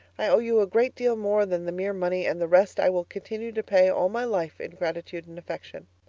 i owe you a great deal more than the mere money, and the rest i will continue to pay all my life in gratitude and affection.